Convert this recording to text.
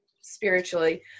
spiritually